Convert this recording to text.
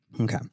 Okay